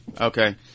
Okay